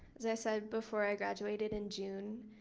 as i said before i graduated in june